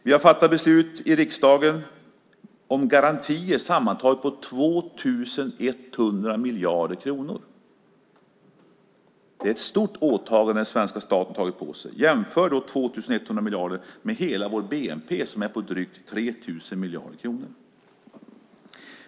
Vi har fattat beslut i riksdagen om garantier på sammantaget 2 100 miljarder kronor. Det är ett stort åtagande som den svenska staten gjort. Jämför dessa 2 100 miljarder med hela vår bnp som är på drygt 3 000 miljarder kronor.